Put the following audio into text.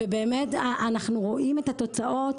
ובאמת אנחנו רואים את התוצאות,